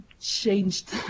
changed